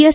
S